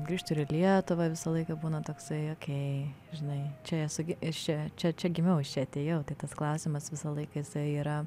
grįžtu ir į lietuvą visą laiką būna toksai okei žinai čia esu gi ir čia čia čia gimiau iš čia atėjau tai tas klausimas visą laiką jisai yra